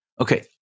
Okay